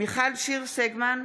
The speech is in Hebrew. מיכל שיר סגמן,